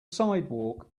sidewalk